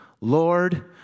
Lord